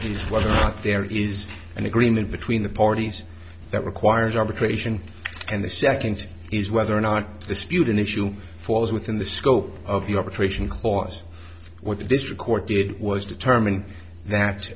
not there is an agreement between the parties that requires arbitration and the second is whether or not dispute an issue falls within the scope of the operation clause what the district court did was determine that